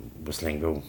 bus lengviau